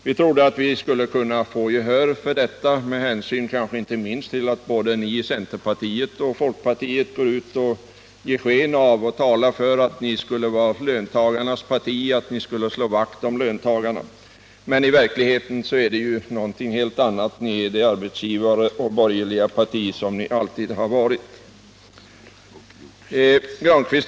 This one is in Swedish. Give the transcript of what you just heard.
Vi trodde att vi skulle kunna få gehör för den, kanske inte minst därför att ni i centerpartiet — liksom folkpartiet — vill ge sken av att ni skulle vara löntagarnas parti och slå vakt om dem. Men verkligheten är ju en helt annan: ni är det arbetsgivarparti, det borgerliga parti som ni alltid har varit.